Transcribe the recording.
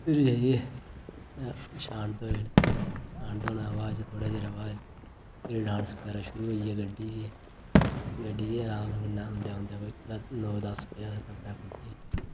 फिर जाइयै शांत होए शांत होने दे बाच थोड़े चिरै बाद डांस बगैरा शुरू होई गेआ गड्डी च गै गड्डी च अराम कन्नै औंदे औंदे नौ दस्स बजे अस्स कटड़ा पुज्जे